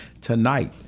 tonight